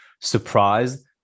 surprised